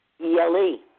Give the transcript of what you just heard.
E-L-E